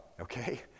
okay